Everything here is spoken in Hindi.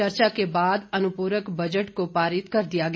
चर्चा के बाद अनुपूरक बजट को पारित कर दिया गया